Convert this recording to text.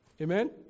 Amen